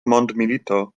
mondmilito